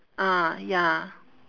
ah ya